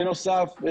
בנוסף,